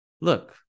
look